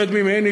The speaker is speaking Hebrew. רד ממני,